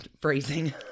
phrasing